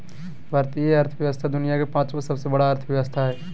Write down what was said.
भारतीय अर्थव्यवस्था दुनिया के पाँचवा सबसे बड़ा अर्थव्यवस्था हय